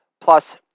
Plus